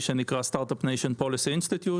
שנקרא Start-up Nation Policy Institute,